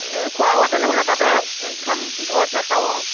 এ খোৱা বোৱা তেনেহ'লে তাতে খাম ঘৰত নাখাওঁ আৰু